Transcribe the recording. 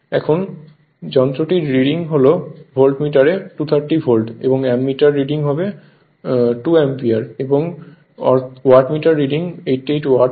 এখন যন্ত্রটির রিডিং হল ভোল্ট মিটারে 230 ভোল্ট এবং অ্যামিটার রিডিং 2 অ্যাম্পিয়ার এবং ওয়াট মিটার রিডিং 88 ওয়াট হয়